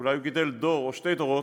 אולי הוא גידל דור או שני דורות,